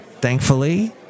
thankfully